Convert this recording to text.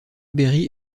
berry